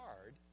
hard